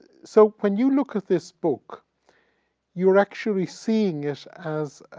so when you look at this book you're actually seeing it as,